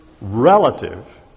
relative